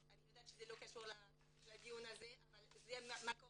אני יודעת שזה לא קשור לדיון הזה אבל זה מקור